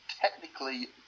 technically